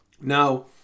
Now